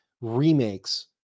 remakes